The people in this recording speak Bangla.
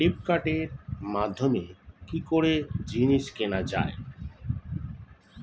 ফ্লিপকার্টের মাধ্যমে কি করে জিনিস কেনা যায়?